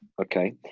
Okay